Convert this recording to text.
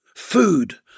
Food